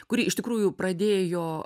kuri iš tikrųjų pradėjo